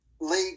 league